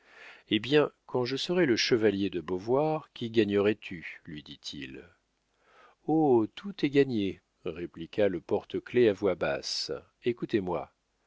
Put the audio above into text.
eh bien quand je serais le chevalier de beauvoir qu'y gagnerais tu lui dit-il oh tout est gagné répliqua le porte-clefs à voix basse écoutez-moi